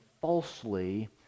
falsely